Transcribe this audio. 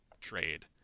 trade